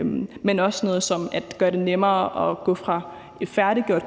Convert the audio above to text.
om sådan noget som at gøre det nemmere at gå fra en færdiggjort